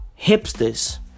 hipsters